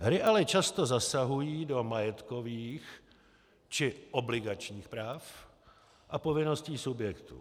Hry ale často zasahují do majetkových či obligačních práv a povinností subjektů.